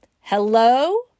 Hello